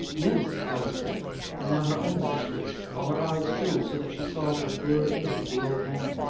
yes, alice said and now her own lips twitched, while her eyes filled so that she saw but a blurred image of the old man,